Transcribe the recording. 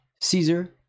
Caesar